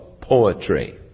poetry